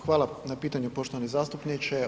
Hvala na pitanju poštovani zastupniče.